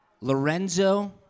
Lorenzo